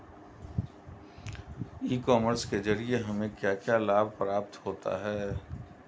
ई commerce के ज़रिए हमें क्या क्या लाभ प्राप्त होता है?